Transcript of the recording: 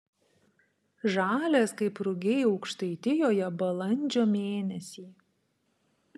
žalias kaip rugiai aukštaitijoje balandžio mėnesį